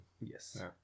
yes